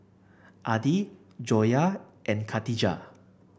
Adi Joyah and Katijah